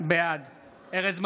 בעד ארז מלול,